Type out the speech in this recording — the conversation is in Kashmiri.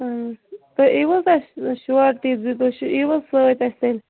اۭں تُہۍ یہِ زیو اَسہِ شور تہِ زِ تُہۍ یہِ حظ سۭتۍ اَسہِ تیٚلہِ